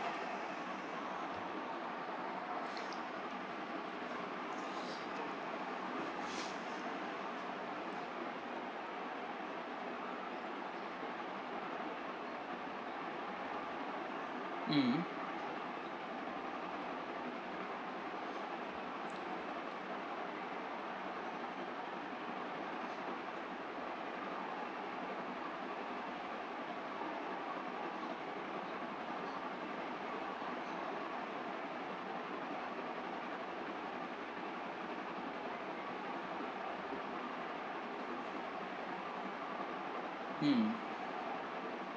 mm mm